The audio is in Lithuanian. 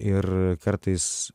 ir kartais